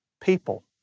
people